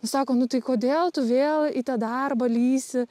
sako nu tai kodėl tu vėl į tą darbą lįsi